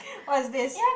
what is this